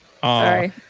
Sorry